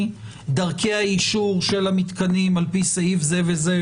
דרכי האישור של המתקנים על פי סעיף זה וזה,